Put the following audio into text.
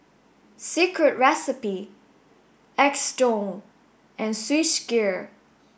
Secret Recipe Xndo and Swissgear